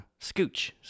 Scooch